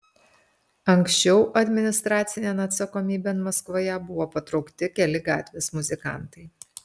anksčiau administracinėn atsakomybėn maskvoje buvo patraukti keli gatvės muzikantai